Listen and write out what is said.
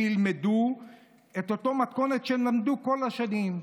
שילמדו באותה מתכונת שהם למדו כל השנים.